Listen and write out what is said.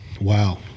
Wow